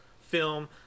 film